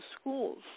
schools